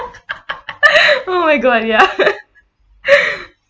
oh my god ya